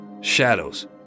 Shadows